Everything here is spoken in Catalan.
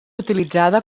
utilitzada